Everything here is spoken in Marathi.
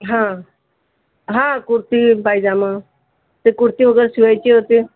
हा हा कुर्ती पायजमा ते कुर्ती वगैरे शिवायची होती